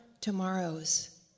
tomorrow's